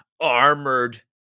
armored